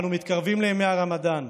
אנו מתקרבים לימי הרמדאן.